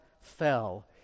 fell